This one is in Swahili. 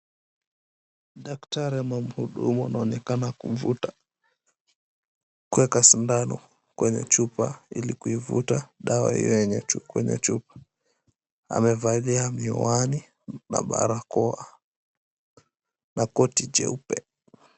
Daktari ama mhudumu anaonekana kuvuta, kuweka sindano kwenye chupa ili kuivuta dawa hiyo kwenye chupa. Amevalia miwani na barakoa na koti jeupe.